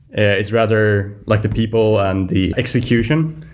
it's rather like the people and the execution.